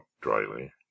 dryly